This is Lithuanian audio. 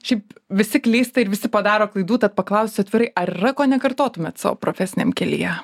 šiaip visi klysta ir visi padaro klaidų tad paklausiu atvirai ar yra ko nekartotumėt savo profesiniam kelyje